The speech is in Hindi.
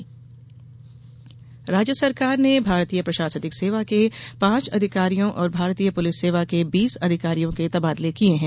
तबादले राज्य सरकार ने भारतीय प्रशासनिक सेवा के पांच अधिकारियों और भारतीय पुलिस सेवा के बीस अधिकारियों के तबादले किये हैं